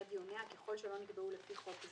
דיוניה ככל שלא נקבעו לפי חוק זה.